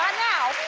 now.